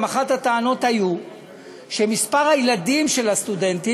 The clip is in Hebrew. אחת הטענות גם הייתה שמספר הילדים של הסטודנטים